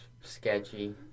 sketchy